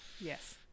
Yes